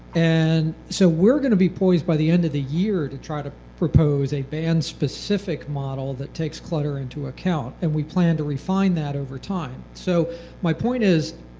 and so we are going to be poised by the end of the year to try to propose a band specific model that takes clutter into account and we plan to refine that over time. so my point is,